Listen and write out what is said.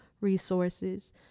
resources